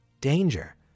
danger